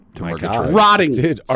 rotting